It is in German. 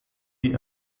die